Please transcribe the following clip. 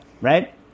right